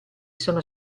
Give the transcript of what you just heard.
sono